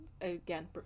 again